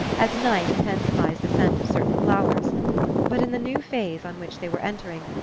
as night intensifies the scent of certain flowers but in the new phase on which they were entering,